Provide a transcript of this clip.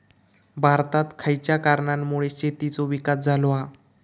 भारतात खयच्या कारणांमुळे शेतीचो विकास झालो हा?